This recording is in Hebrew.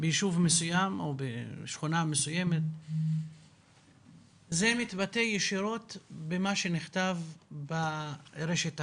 ביישוב מסוים או בשכונה מסוימת זה מתבטא ישירות במה שנכתב ברשת החברתית.